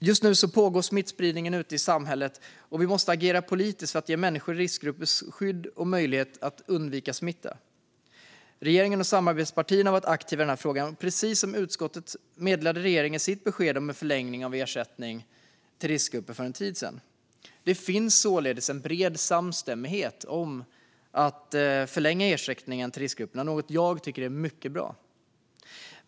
Just nu pågår smittspridningen ute i samhället, och vi måste agera politiskt för att ge människor i riskgrupper skydd och möjlighet att undvika smitta. Regeringen och samarbetspartierna har varit aktiva i denna fråga, och precis som utskottet meddelade regeringen sitt besked om en förlängning av ersättning till riskgrupper för en tid sen. Det finns således en bred samstämmighet om att förlänga ersättningen till riskgrupperna, något jag tycker är mycket bra.